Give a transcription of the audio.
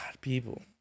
people